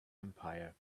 empire